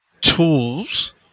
tools